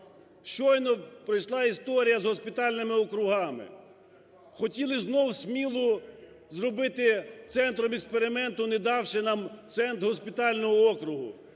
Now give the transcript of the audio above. Щойно пройшла історія з госпітальними округами. Хотіли знову Смілу зробити центром експерименту, не давши нам центр госпітального округу,